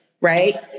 right